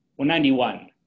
191